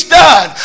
done